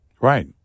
Right